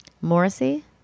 morrissey